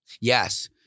Yes